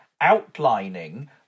outlining